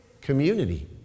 community